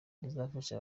rizafasha